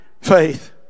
faith